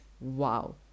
Wow